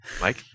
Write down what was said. Mike